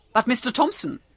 but mister thompson,